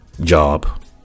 job